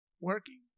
working